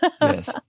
Yes